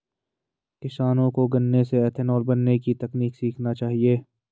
किसानों को गन्ने से इथेनॉल बनने की तकनीक सीखना चाहिए